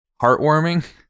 heartwarming